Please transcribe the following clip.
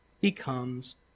becomes